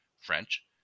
French